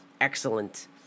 excellent